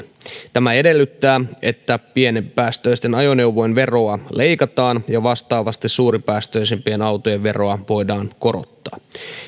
tämä edellyttää että pienempipäästöisten ajoneuvojen veroa leikataan ja vastaavasti suurempipäästöisten autojen veroa voidaan korottaa